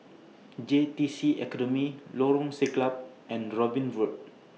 J T C Academy Lorong Siglap and Robin Road